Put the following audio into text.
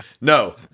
No